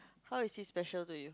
how is he special to you